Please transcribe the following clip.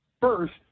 First